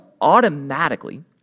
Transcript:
automatically